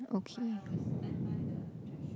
okay